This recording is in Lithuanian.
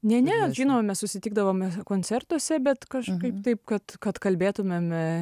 ne ne žinoma mes susitikdavome koncertuose bet kažkaip taip kad kad kalbėtumėme